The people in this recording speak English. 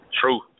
True